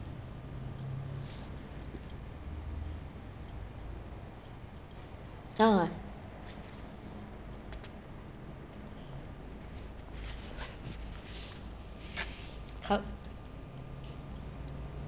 uh cov~